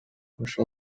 ошол